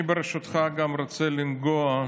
ברשותך, אני גם רוצה לגעת